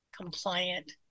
compliant